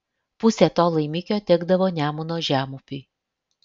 pusė to laimikio tekdavo nemuno žemupiui